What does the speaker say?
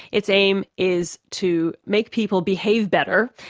its aim is to make people behave better,